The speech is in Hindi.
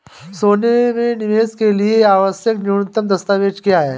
सोने में निवेश के लिए आवश्यक न्यूनतम दस्तावेज़ क्या हैं?